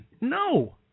no